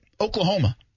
Oklahoma